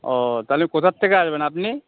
ও তাহলে কোথা থেকে আসবেন আপনি